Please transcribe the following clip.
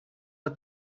are